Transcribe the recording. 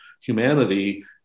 humanity